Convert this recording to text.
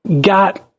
got